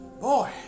boy